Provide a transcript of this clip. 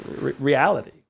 reality